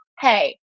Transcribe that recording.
hey